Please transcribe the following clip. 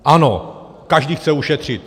Ano, každý chce ušetřit.